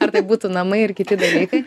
ar tai būtų namai ir kiti dalykai